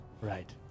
Right